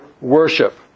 worship